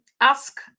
ask